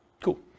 Cool